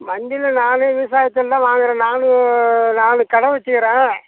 மஞ்சளை நானும் விசாரிச்சுன்னு தான் வாங்குறேன் நானும் நாலு கடை வெச்சிருக்கிறேன்